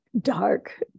dark